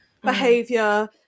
behavior